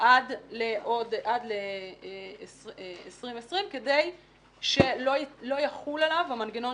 עד ל-2020 כדי שלא יחול עליו המנגנון